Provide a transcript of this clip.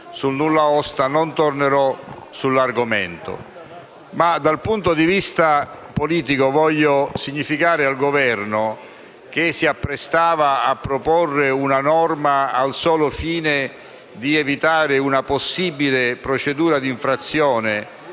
sul nulla osta e non tornerò sull'argomento. Ma, dal punto di vista politico, intendo rivolgermi al Governo, che si apprestava a proporre una norma al solo fine di evitare una possibile procedura di infrazione;